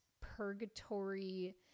purgatory